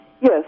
Yes